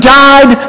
died